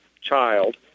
child